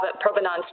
provenance